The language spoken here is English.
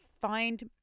find